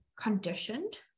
conditioned